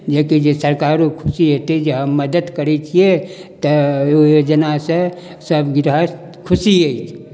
जेकि जे सरकारो खुशी हेतै जे हम मदद करैत छियै तऽ ओहि योजनासँ सभ गृहस्थ खुशी अछि